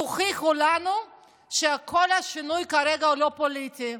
תוכיחו לנו שכל השינוי כרגע הוא לא פוליטי,